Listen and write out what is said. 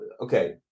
okay